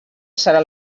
serà